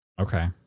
Okay